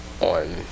on